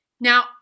Now